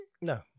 No